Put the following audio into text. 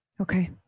Okay